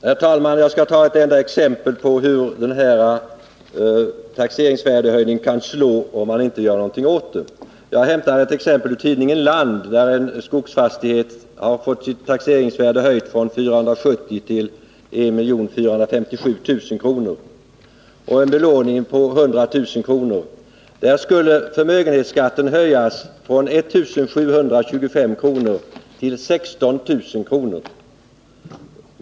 Herr talman! Jag skall anföra ett exempel på hur taxeringsvärdeshöjningen kan slå, om man inte gör någonting åt detta problem. Jag har hämtat exemplet ur tidningen Land. En skogsfastighet med en belåning på 100 000 kr. har fått sitt taxeringsvärde höjt från 470 000 kr. till 1457 000 kr. Fastighetens förmögenhetsskatt skulle höjas från 1 725 kr. till 16 000 kr.